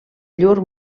llur